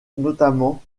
notamment